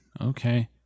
okay